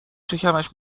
شکمش